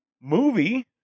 movie